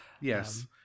Yes